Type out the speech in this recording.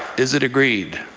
is it agreed?